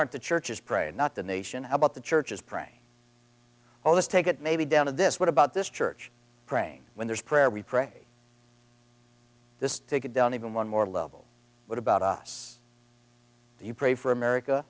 aren't the churches pray and not the nation how about the churches pray all this take it maybe down to this what about this church praying when there's prayer we pray this take it down even one more level what about us you pray for america